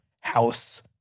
house